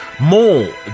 more